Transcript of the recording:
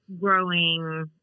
growing